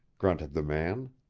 grunted the man.